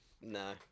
No